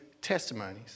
testimonies